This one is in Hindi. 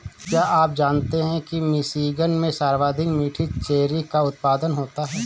क्या आप जानते हैं कि मिशिगन में सर्वाधिक मीठी चेरी का उत्पादन होता है?